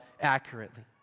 accurately